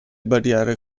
barriere